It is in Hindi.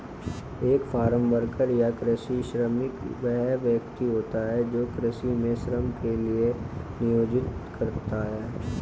एक फार्म वर्कर या कृषि श्रमिक वह व्यक्ति होता है जो कृषि में श्रम के लिए नियोजित होता है